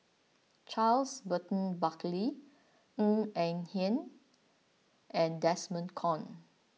Charles Burton Buckley Ng Eng Hen and Desmond Kon